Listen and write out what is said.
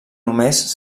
només